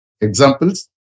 Examples